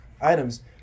items